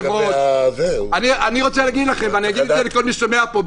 אני אגיד לכל מי ששומע פה,